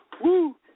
Woo